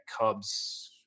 Cubs